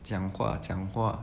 讲话讲话